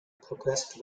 progressed